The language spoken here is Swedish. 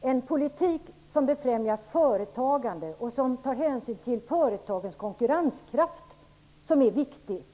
en politik som befrämjar företagande och som tar hänsyn till företagens konkurrenskraft som är viktig.